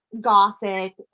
gothic